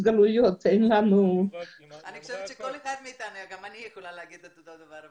גם אני יכולה לומר אותו הדבר.